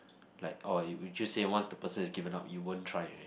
like orh you would you say once the person is given up you won't try already